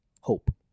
hope